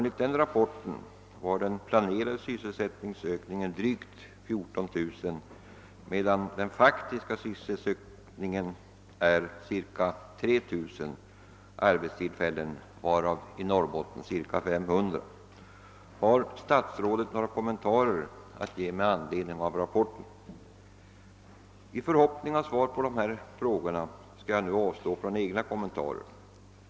Enligt denna rapport var den planerade ökningen av antalet sysselsättningstillfällen drygt 14000 medan den faktiska sysselsättningsökningen uppgått till ca 3 000 arbetstillfällen, varav i Norrbotten ca 500. Har herr statsrådet några kommentarer att ge med anledning av rapporten? I förhoppning om att få svar på dessa frågor skall jag nu avstå från egna kommentarer.